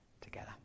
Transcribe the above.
together